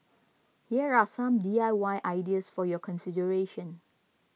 here are some D I Y ideas for your consideration